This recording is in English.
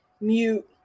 mute